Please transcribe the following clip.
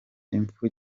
imfu